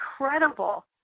incredible